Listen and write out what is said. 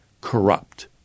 corrupt